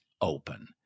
open